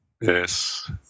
Yes